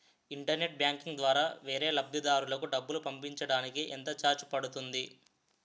Internet banking ద్వారా వేరే లబ్ధిదారులకు డబ్బులు పంపించటానికి ఎంత ఛార్జ్ పడుతుంది?